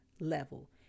level